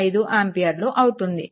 5 ఆంపియర్లు అవుతుంది